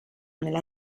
nella